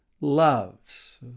loves